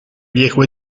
viejo